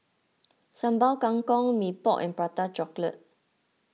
Sambal Kangkong Mee Pok and Prata Chocolate